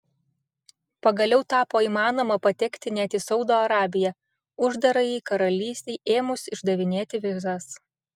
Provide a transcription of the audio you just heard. pagaliau tapo įmanoma patekti net į saudo arabiją uždarajai karalystei ėmus išdavinėti vizas